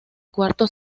cuarto